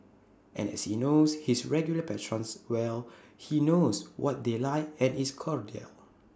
and as he knows his regular patrons well he knows what they like and is cordial